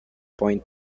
point